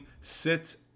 sits